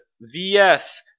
VS